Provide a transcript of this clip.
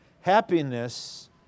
happiness